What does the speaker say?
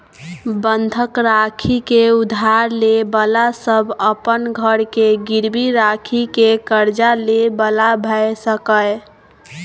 बंधक राखि के उधार ले बला सब अपन घर के गिरवी राखि के कर्जा ले बला भेय सकेए